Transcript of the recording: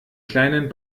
kleinen